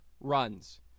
runs